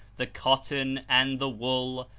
the cotton and the wool,